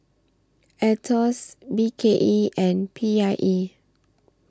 Aetos B K E and P I E